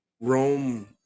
Rome